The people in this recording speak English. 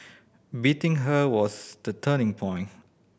beating her was the turning point